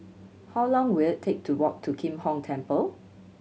how long will it take to walk to Kim Hong Temple